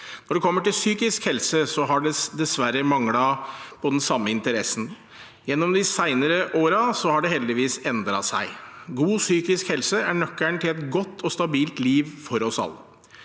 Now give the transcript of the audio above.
Når det gjelder psykisk helse, har det dessverre manglet på den samme interessen. Gjennom de senere årene har det heldigvis endret seg. God psykisk helse er nøkkelen til et godt og stabilt liv for oss alle.